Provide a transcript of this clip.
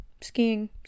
skiing